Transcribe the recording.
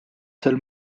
sel